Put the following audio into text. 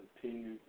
continue